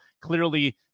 Clearly